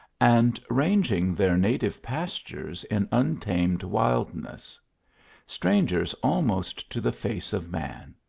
and ranging their native pastures, in un tamed wildness strangers almost to the face of man.